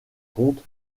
comte